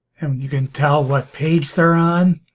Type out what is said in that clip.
and you can tell what page they're on